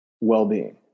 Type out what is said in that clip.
well-being